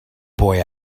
boy